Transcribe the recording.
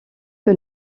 que